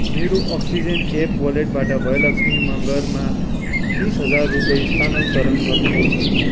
मेरो oxygen app वालेटबाट भयलक्षी मँगरमा रुपियाँ तिस हजार स्थानान्तरण गर्नुहोस्